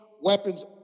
weapons